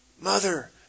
Mother